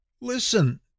listen